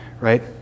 right